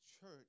church